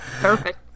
Perfect